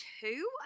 two